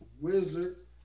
Wizard